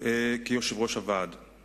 כיושב-ראש הוועד המנהל.